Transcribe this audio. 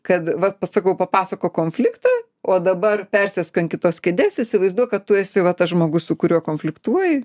kad vat pasakau papasakok konfliktą o dabar persėsk ant kitos kėdės įsivaizduok kad tu esi va tas žmogus su kuriuo konfliktuoji